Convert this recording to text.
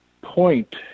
point